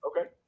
okay